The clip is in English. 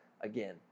again